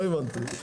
לא הבנתי.